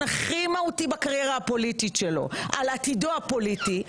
הכי מהותי בקריירה הפוליטית שלו על עתידו הפוליטי,